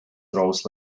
throws